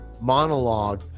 monologue